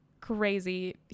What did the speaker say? crazy